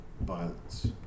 violence